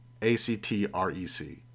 ACTREC